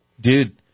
dude